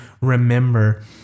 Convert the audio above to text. remember